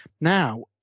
Now